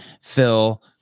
Phil